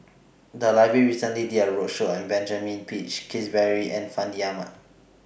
The Library recently did A roadshow on Benjamin Peach Keasberry and Fandi Ahmad